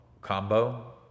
combo